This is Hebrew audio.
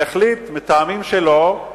והוא החליט, מטעמים שלו,